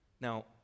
Now